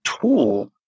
tool